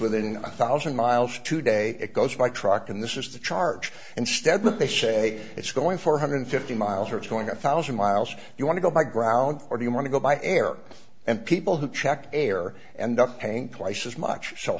within a thousand miles today it goes by truck and this is the charge instead that they say it's going four hundred fifty miles or it's going a thousand miles you want to go by ground or you want to go by air and people who check air and up paying places much so